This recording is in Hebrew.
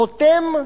חותם,